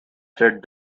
said